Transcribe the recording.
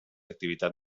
activitat